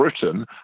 Britain